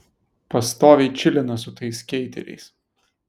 pastoviai čilina su tais skeiteriais